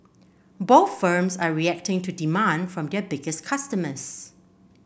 both firms are reacting to demand from their biggest customers